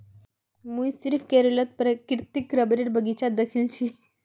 मुई सिर्फ केरलत प्राकृतिक रबरेर बगीचा दखिल छि